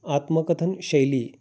आत्मकथन शैली